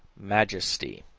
majesty,